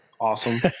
awesome